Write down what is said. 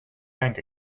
bank